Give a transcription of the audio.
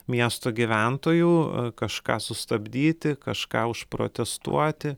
miesto gyventojų kažką sustabdyti kažką užprotestuoti